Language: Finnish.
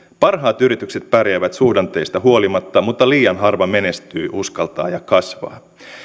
parhaat yritykset pärjäävät suhdanteista huolimatta mutta liian harva menestyy uskaltaa ja kasvaa